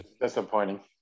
Disappointing